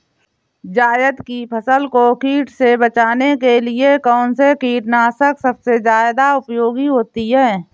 जायद की फसल को कीट से बचाने के लिए कौन से कीटनाशक सबसे ज्यादा उपयोगी होती है?